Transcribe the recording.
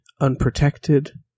unprotected